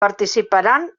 participaran